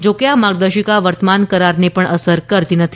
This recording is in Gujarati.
જો કે આ માર્ગદર્શિકા વર્તમાન કરારને પણ અસર કરતી નથી